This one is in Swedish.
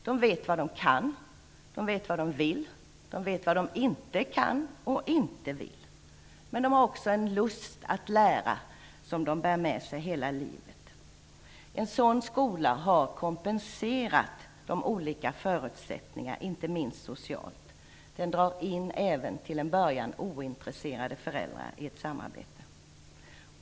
De vet vad de kan, de vet vad de vill och de vet vad de inte kan och inte vill. De har också en lust att lära som de bär med sig hela livet. En sådan skola har kompenserat olika förutsättningar, inte minst socialt. Den drar in även till en början ointresserade föräldrar i ett samarbete.